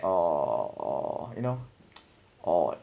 or you know or